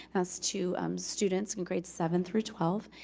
that's to um students in grade seven through twelve,